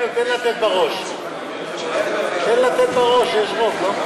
לתת בראש, יש רוב, לא?